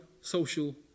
social